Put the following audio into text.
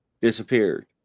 disappeared